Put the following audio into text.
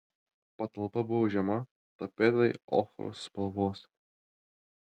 patalpa buvo žema tapetai ochros spalvos